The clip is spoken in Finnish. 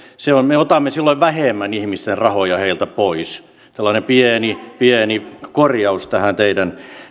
me otamme silloin vähemmän ihmisten rahoja heiltä pois tällainen pieni pieni korjaus tähän teidän